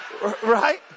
Right